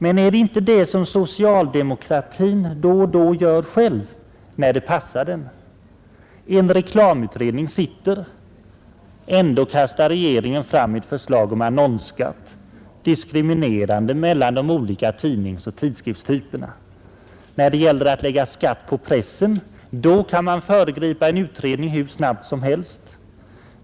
Men är det inte det socialdemokratin då och då gör själv, när det passar den? En reklamutredning sitter. Ändå kastar regeringen fram ett förslag om annonsskatt, diskriminerande mellan de olika tidningsoch tidskriftstyperna. När det gäller att lägga skatt på pressen, då kan man föregripa en utredning hur snabbt som helst.